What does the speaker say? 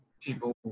people